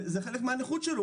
זה חלק מהנכות שלו.